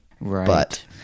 Right